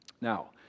Now